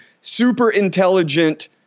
super-intelligent